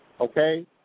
okay